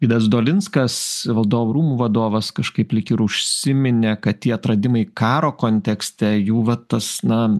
vydas dolinskas valdovų rūmų vadovas kažkaip lyg ir užsiminė kad tie atradimai karo kontekste jų va tas na